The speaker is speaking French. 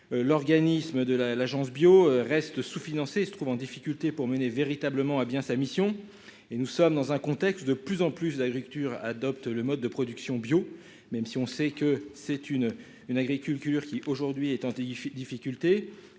L'organisme de la l'Agence Bio reste sous-financé se trouve en difficulté pour mener véritablement à bien sa mission et nous sommes dans un contexte de plus en plus d'agriculture adopte le mode de production bio, même si on sait que c'est une une agriculture qui aujourd'hui et tenter difficulté